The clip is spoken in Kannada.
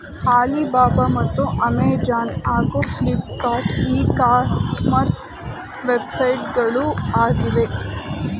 ಆಲಿಬಾಬ ಮತ್ತು ಅಮೆಜಾನ್ ಹಾಗೂ ಫ್ಲಿಪ್ಕಾರ್ಟ್ ಇ ಕಾಮರ್ಸ್ ವೆಬ್ಸೈಟ್ಗಳು ಆಗಿವೆ